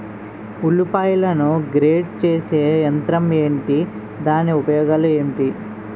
ఉల్లిపాయలను గ్రేడ్ చేసే యంత్రం ఏంటి? దాని ఉపయోగాలు ఏంటి?